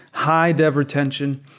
high-dev retention,